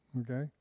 Okay